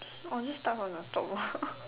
I'll just start from the top